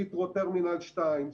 הית'רו טרמינל 2,